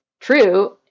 true